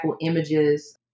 images